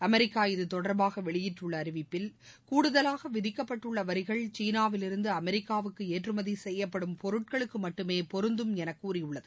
America இதுதொடர்பாக வெளியிட்டுள்ள அறிவிப்பில் கூடுதலாக விதிக்கப்பட்டுள்ள வரிகள் சீனாவிலிருந்து அமெரிக்காவுக்கு ஏற்றமதி செய்யப்படும் பொருட்களுக்கு மட்டுமே பொருந்தம் என கூறியுள்ளது